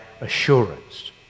assurance